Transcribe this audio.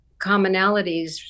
commonalities